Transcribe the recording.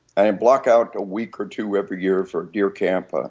i am blocked out a week or two every year for deer camp, ah